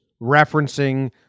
referencing